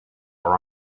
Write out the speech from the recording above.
are